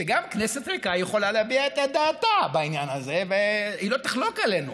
שגם כנסת ריקה יכולה להביע את דעתה בעניין הזה והיא לא תחלוק עלינו.